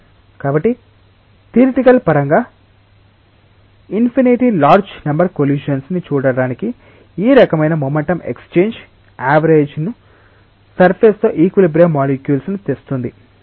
కాబట్టి థియరీటికల్ పరంగా infinitely large number collisions ని చూడటానికి ఈ రకమైన మొమెంటం ఎక్స్ఛేంజ్ యావరేజ్ న సర్ఫేస్తో ఇక్విలిబ్రియం మాలిక్యూల్స్ ను తెస్తుంది